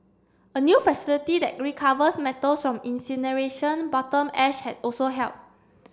a new facility that recovers metals from incineration bottom ash had also helped